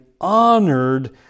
honored